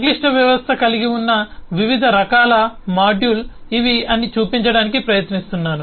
సంక్లిష్ట వ్యవస్థ కలిగివున్న వివిధ రకాల మాడ్యూల్ ఇవి అని చూపించడానికి ప్రయత్నిస్తున్నాను